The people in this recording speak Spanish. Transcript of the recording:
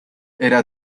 era